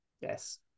Yes